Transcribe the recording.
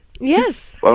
Yes